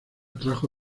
trajo